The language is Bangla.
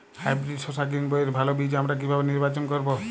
হাইব্রিড শসা গ্রীনবইয়ের ভালো বীজ আমরা কিভাবে নির্বাচন করব?